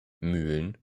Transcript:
mühlen